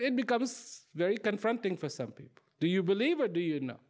it becomes very confronting for some people do you believe or do you know